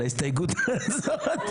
על ההסתייגות הזאת,